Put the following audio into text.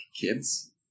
kids